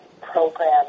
program